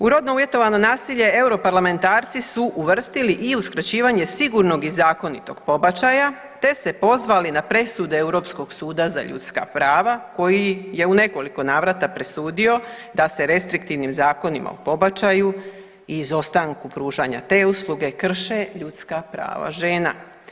U rodno uvjetovano nasilje europarlamentarci su uvrstili i uskraćivanje sigurnog i zakonitog pobačaja te se pozvali na presude Europskog suda za ljudska prava koji je u nekoliko navrata presudio da se restriktivnim zakonima o pobačaju i izostanku pružanja te usluge krše ljudska prava žena.